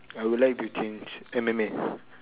I would like to change M_M_A